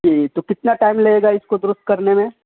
جی تو کتنا ٹائم لگے گا اس کو درست کرنے میں